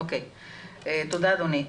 תודה אדוני.